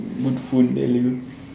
good phone